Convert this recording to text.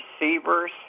receivers